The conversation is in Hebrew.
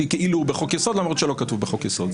כאילו הוא בחוק יסוד למרות שלא כתוב בחוק יסוד.